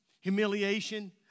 humiliation